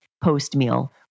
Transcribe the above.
post-meal